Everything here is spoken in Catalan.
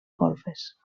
golfes